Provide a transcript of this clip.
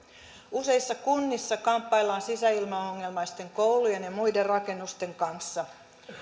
useissa kunnissa kamppaillaan sisäilmaongelmaisten koulujen ja muiden rakennusten kanssa